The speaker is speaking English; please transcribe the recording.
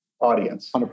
audience